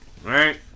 Right